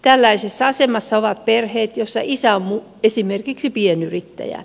tällaisessa asemassa ovat perheet joissa isä on esimerkiksi pienyrittäjä